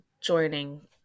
joining